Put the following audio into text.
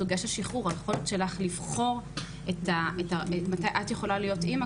היכולת שלך לבחור מתי להיות אימא,